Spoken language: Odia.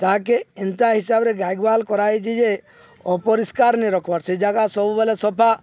ତାହାକେ ଏନ୍ତା ହିସାବରେ ଗାଈ ଗୂହାଲ୍ କରାହେଇଚି ଯେ ଅପରିଷ୍କାର ନ ରଖବାର୍ ସେ ଜାଗା ସବୁବେଲେ ସଫା